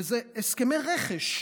אלה הסכמי רכש.